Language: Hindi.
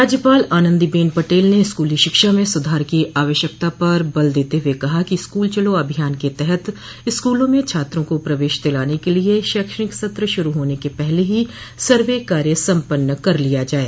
राज्यपाल आनंदीबेन पटेल ने स्कूली शिक्षा में सुधार की आवश्यकता पर बल देते हुए कहा है कि स्कूल चलो अभियान के तहत स्कूलों में छात्रों का प्रवेश दिलाने के लिये शैक्षणिक सत्र शुरू होने से पहले ही सर्वे कार्य सम्पन्न कर लिया जाये